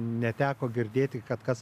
neteko girdėti kad kas